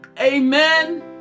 Amen